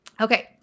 Okay